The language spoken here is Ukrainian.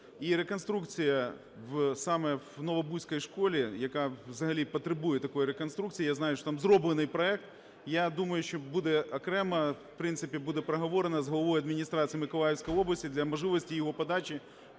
І реконструкція саме в Новобузькій школі, яка взагалі потребує такої реконструкції, я знаю, що там зроблений проект. Я думаю, що буде окремо, в принципі, буде проговорено з главою адміністрації Миколаївської області для можливості його подачі